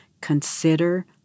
Consider